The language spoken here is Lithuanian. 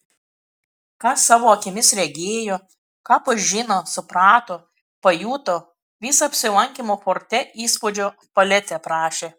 ką savo akimis regėjo ką pažino suprato pajuto visą apsilankymo forte įspūdžių paletę aprašė